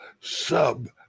sub